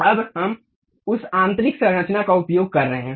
अब हम उस आंतरिक संरचना का उपयोग कर रहे हैं